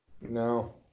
no